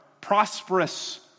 prosperous